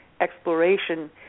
exploration